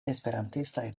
esperantistaj